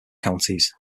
counties